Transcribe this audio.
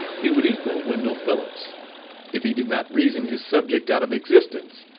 he would equal wendell phillips if he did not reason his subject out of existence,